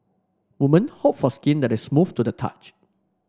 woman hope for skin that is smooth to the touch